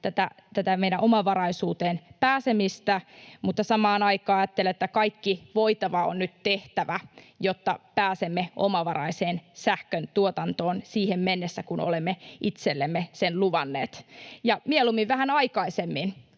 tätä meidän omavaraisuuteen pääsemistä, mutta samaan aikaan ajattelen, että kaikki voitava on nyt tehtävä, jotta pääsemme omavaraiseen sähköntuotantoon siihen mennessä, kun olemme itsellemme sen luvanneet. Ja mieluummin vähän aikaisemmin,